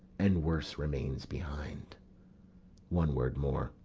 and worse remains behind one word more,